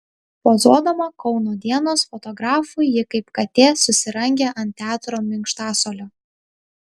pozuodama kauno dienos fotografui ji kaip katė susirangė ant teatro minkštasuolio